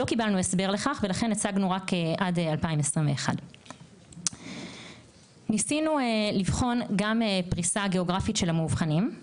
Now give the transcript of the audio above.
לא קיבלנו הסבר לכך ולכן הצגנו רק עד 2021. ניסינו לבחון גם פריסה גאוגרפית של המאובחנים.